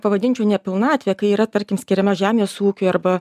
pavadinčiau ne pilnatvė kai yra tarkim skiriama žemės ūkiui arba